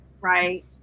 right